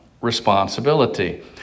responsibility